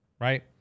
right